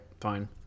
fine